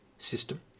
system